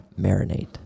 Marinate